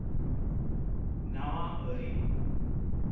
ᱱᱟᱣᱟ ᱟᱹᱨᱤ